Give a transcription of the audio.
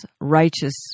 righteous